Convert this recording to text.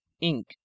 Ink